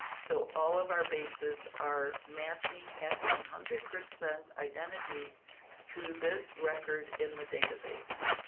so all of our bases are matching at one hundred percent identity to this record in the data base.